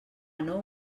nou